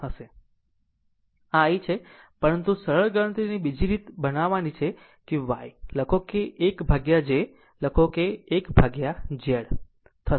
આ I છે પરંતુ સરળ ગણતરીની બીજી રીત બનાવવાની છે કે y લખો 1 ભાગ્યા j લખો 1 ભાગ્યા Z છે